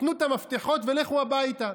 תנו את המפתחות ולכו הביתה.